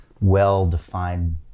well-defined